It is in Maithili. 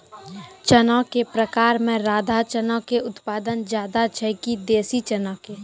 चना के प्रकार मे राधा चना के उत्पादन ज्यादा छै कि देसी चना के?